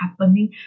happening